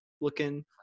looking